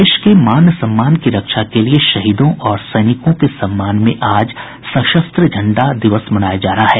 देश के मान सम्मान की रक्षा करने वाले शहीदों और सैनिकों के सम्मान में आज सशस्त्र बल झंडा दिवस मनाया जा रहा है